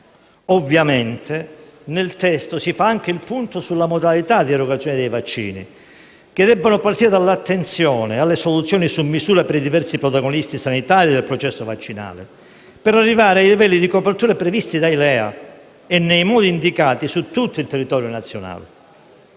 Ovviamente nel testo si fa anche il punto sulla modalità di erogazione dei vaccini, che debbono partire dall'attenzione alle soluzioni su misura per i diversi protagonisti sanitari del processo vaccinale, per arrivare ai livelli di copertura previsti dai LEA nei modi indicati su tutto il territorio nazionale.